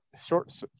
short